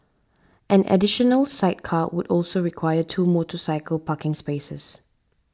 an additional sidecar would also require two motorcycle parking spaces